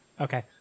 Okay